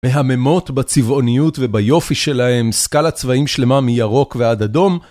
מהממות בצבעוניות וביופי שלהם, סקלת צבעים שלמה מירוק ועד אדום.